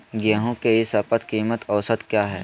गेंहू के ई शपथ कीमत औसत क्या है?